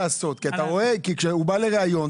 כשהוא בא לראיון,